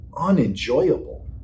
unenjoyable